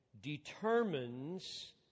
determines